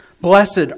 Blessed